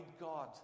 God